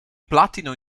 platino